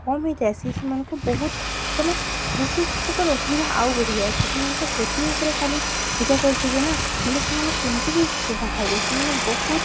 କମ୍ ହେଇଯାଏସି ସେମାନଙ୍କୁ ବହୁତ୍ ମାନେ ବହୁତ୍ ତାକର୍ ଅସୁବିଧା ଆଉ ବଢ଼ିଯାଇଏସି ସେମାନଙ୍କର୍ ସେଥି ଉପ୍ରେ ଖାଲି ଇଟା କରିଥିବେ ନା ବୋଲେ ସେମାନେ କେମିତିକି ସେଠୁ ବାହାରିବେ ସେମାନେ ବହୁତ୍